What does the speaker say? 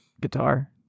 guitar